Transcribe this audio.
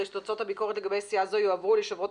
הרי שתוצאות הביקורת לגבי סיעה זו יועברו ליושב-ראש